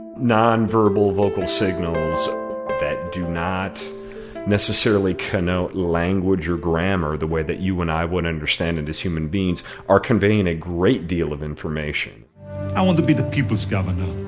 nonverbal vocal signals that do not necessarily connote language or grammar the way that you and i would understand it as human beings are conveying a great deal of information i want to be the people's governor.